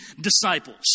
disciples